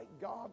God